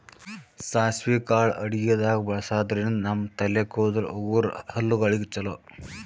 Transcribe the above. ಸಾಸ್ವಿ ಕಾಳ್ ಅಡಗಿದಾಗ್ ಬಳಸಾದ್ರಿನ್ದ ನಮ್ ತಲೆ ಕೂದಲ, ಉಗುರ್, ಹಲ್ಲಗಳಿಗ್ ಛಲೋ